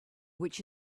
which